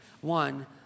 one